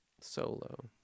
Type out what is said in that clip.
Solo